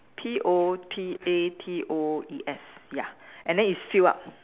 P O T A T O E S ya and then it's filled up